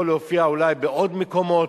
הוא יכול להופיע אולי בעוד מקומות,